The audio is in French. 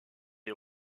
des